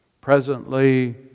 Presently